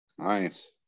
Nice